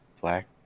Black